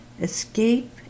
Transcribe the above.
escape